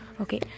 Okay